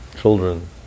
children